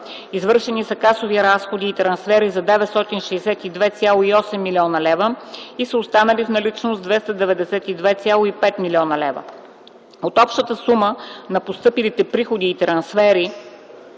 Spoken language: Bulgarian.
извършени са касови разходи и трансфери за 962,8 млн. лв. и са останали в наличност 292,5 млн. лв. От общата сума на постъпилите приходи и трансфери,